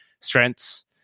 strengths